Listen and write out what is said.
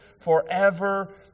forever